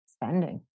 spending